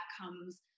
comes